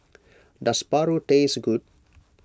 does Paru taste good